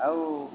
ଆଉ